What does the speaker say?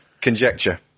Conjecture